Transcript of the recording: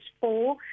four